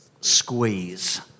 squeeze